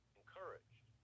encouraged